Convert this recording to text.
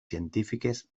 científiques